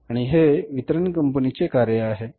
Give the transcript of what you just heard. आणि हे वितरण कंपनी चे कार्य आहे